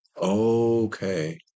Okay